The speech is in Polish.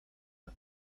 jak